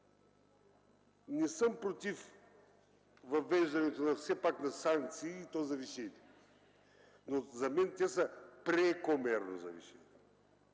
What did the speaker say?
не съм против въвеждането на санкции и то завишени, но за мен те са прекомерно завишени.